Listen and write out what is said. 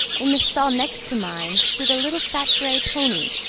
in the stall next to mine stood a little fat gray pony,